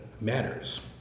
matters